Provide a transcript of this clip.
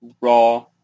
Raw